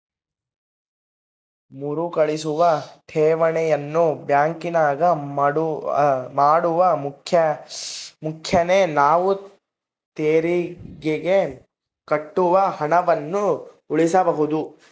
ಮರುಕಳಿಸುವ ಠೇವಣಿಯನ್ನು ಬ್ಯಾಂಕಿನಾಗ ಮಾಡುವ ಮುಖೇನ ನಾವು ತೆರಿಗೆಗೆ ಕಟ್ಟುವ ಹಣವನ್ನು ಉಳಿಸಬಹುದು